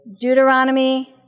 Deuteronomy